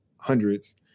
hundreds